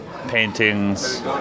paintings